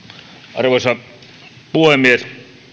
arvoisa puhemies